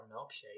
milkshake